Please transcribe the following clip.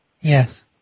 Yes